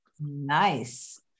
Nice